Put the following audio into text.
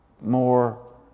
more